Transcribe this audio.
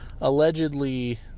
Allegedly